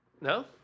No